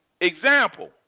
example